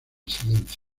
silencio